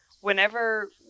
whenever